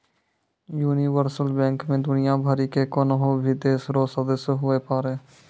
universal bank मे दुनियाँ भरि के कोन्हो भी देश रो सदस्य हुवै पारै